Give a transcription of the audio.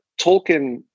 Tolkien